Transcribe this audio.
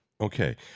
Okay